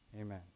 Amen